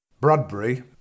Bradbury